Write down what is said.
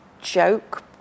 joke